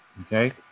okay